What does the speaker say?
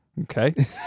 Okay